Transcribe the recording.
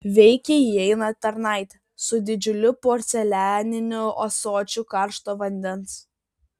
veikiai įeina tarnaitė su didžiuliu porcelianiniu ąsočiu karšto vandens